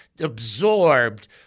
absorbed